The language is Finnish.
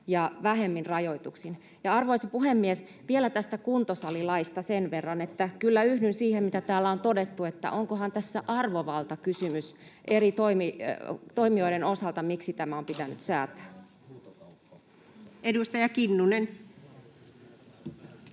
ja vähemmin rajoituksin? Arvoisa puhemies! Vielä tästä kuntosalilaista sen verran, että kyllä yhdyn siihen, mitä täällä on todettu, että onkohan tässä arvovaltakysymys eri toimijoiden osalta, miksi tämä on pitänyt säätää. [Speech